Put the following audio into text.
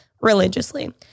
religiously